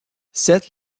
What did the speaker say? sept